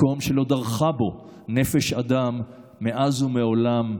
מקום שלא דרכה בו נפש אדם מאז ומעולם.